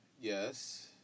yes